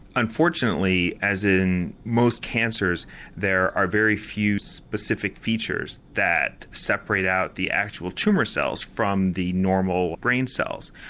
unfortunately as in most cancers there are very few specific features that separate out the actual tumour cells from the normal brain cells.